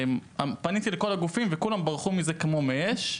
פניתי לכל הגופים וכולם ברחו מזה כמו מאש.